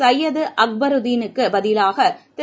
சையது அக்பருதீனுக்கு பதிலாக திரு